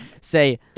say